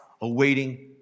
awaiting